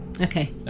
Okay